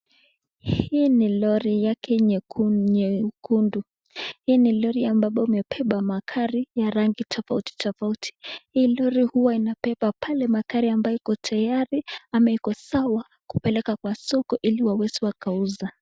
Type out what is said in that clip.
Hii ni lori yake nyekundu, hii ni lori ambapo imebeba magari ya rangi tofauti tofauti. Hii lori huwa inabeba magari ambayo iko tayari au iko sawa kupelekwa kwa soko ili waweze wakauza.